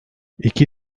i̇ki